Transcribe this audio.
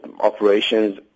operations